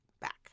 back